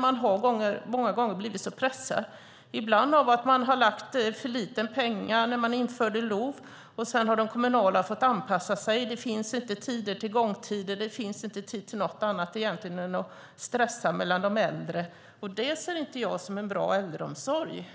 Man har många gånger blivit pressad, ibland av att det lades för lite pengar när LOV infördes. Sedan har de kommunala fått anpassa sig. Det finns inte tid för gångtider, och det finns egentligen inte tid till något annat än att stressa mellan de äldre. Jag ser inte detta som en bra äldreomsorg.